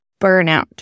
burnout